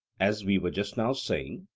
as we were just now saying,